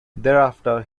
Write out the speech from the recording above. thereafter